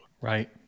Right